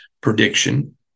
prediction